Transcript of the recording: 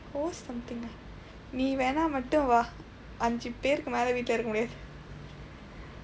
host something ah நீ வேணா மட்டும் வா ஐந்து பேருக்கு மேல வீட்டில இருக்க முடியாது:nii veenaa vaa aindthu peerukku meela viitdila irukka mudiyaathu